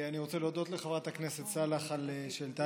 אני רוצה להודות לחברת הכנסת סאלח על שהעלתה